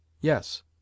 Yes